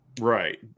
Right